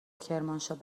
کرمانشاه